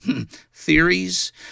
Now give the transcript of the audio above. theories